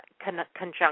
conjunction